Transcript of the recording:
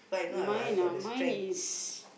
mine ah mine is